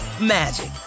magic